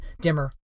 dimmer